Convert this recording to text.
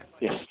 Yes